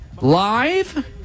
live